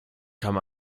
kam